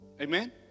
Amen